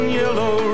yellow